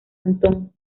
antón